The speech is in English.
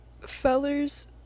fellers